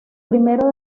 primero